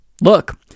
look